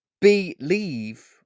Believe